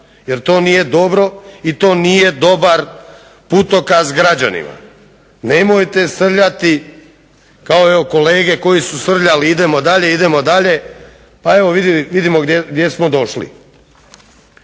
jer to nije dobro i to nije dobar putokaz građanima. Nemojte srljati kao kolege koji su srljali idemo dalje, pa evo vidimo gdje smo došli.